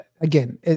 again